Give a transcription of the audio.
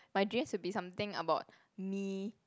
my dreams would be something about me